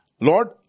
Lord